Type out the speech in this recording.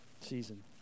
season